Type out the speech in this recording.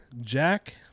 Jack